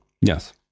Yes